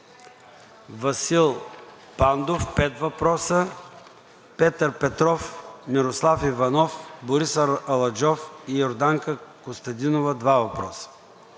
Васил Пандов – пет въпроса; Петър Петров; Мирослав Иванов; Борис Аладжов; и Йорданка Костадинова – два въпроса.